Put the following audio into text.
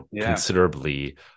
considerably